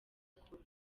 akora